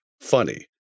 funny